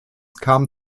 kam